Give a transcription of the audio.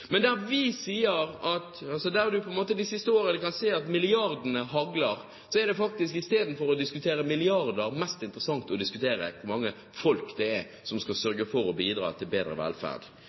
kan si at milliardene hagler. Men i stedet for å diskutere milliarder er det mest interessant å diskutere hvor mange folk det er som skal sørge for å bidra til bedre velferd.